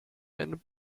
and